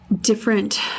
different